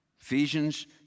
Ephesians